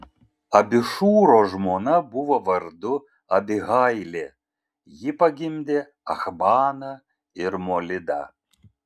abišūro žmona buvo vardu abihailė ji pagimdė achbaną ir molidą